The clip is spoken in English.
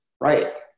Right